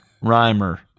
Rhymer